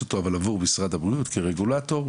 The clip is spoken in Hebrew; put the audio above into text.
אותו אבל עבור משרד הבריאות כרגולטור,